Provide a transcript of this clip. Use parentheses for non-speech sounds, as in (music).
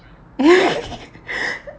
(laughs)